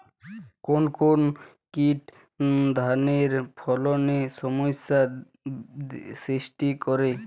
কোন কোন কীট ধানের ফলনে সমস্যা সৃষ্টি করে?